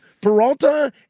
Peralta